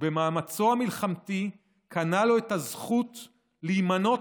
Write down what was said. ובמאמצו המלחמתי קנה לו את הזכות להימנות